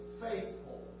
faithful